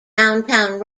downtown